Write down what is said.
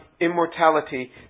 immortality